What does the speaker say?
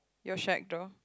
your shack door